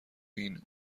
فین